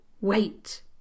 Wait